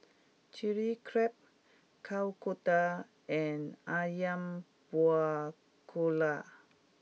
Chilli CrabKuih Kodok and Ayam Buah Keluak